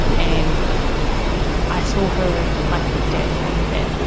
and i saw her like dead on the bed,